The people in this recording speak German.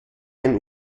ein